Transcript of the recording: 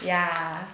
yeah